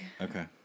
Okay